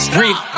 real